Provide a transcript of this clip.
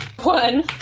one